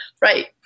Right